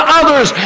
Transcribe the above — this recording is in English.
others